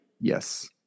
Yes